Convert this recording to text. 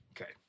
Okay